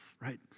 Right